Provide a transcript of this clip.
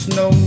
no